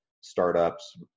startups